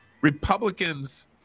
Republicans